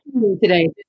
today